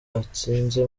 atsinze